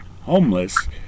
homeless